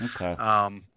Okay